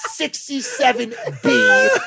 67B